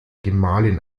gemahlin